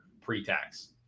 pre-tax